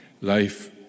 life